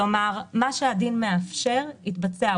כלומר מה שהדין מאפשר יתבצע.